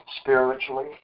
spiritually